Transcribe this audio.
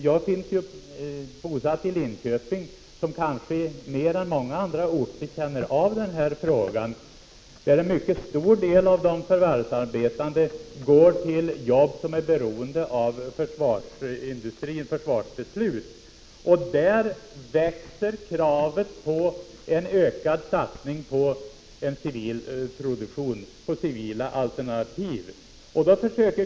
Jag är ju bosatt i Linköping, som kanske mer än många andra orter känner av detta beroende. En mycket stor del av de förvärvsarbetande har jobb som är beroende av försvarsindustri och försvarsbeslut. I Linköping växer kravet på en ökad satsning på produktion av civila alternativ.